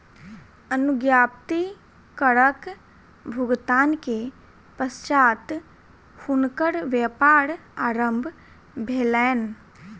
अनुज्ञप्ति करक भुगतान के पश्चात हुनकर व्यापार आरम्भ भेलैन